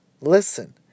Listen